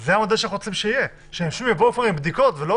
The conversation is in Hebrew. זה המודל שאנחנו רוצים שיהיה: שאנשים יבואו עם בדיקות ולא